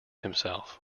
himself